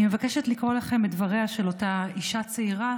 אני מבקשת לקרוא לכם את דבריה של אותה אישה צעירה,